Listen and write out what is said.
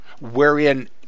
wherein